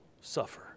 suffer